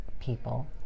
people